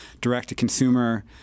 direct-to-consumer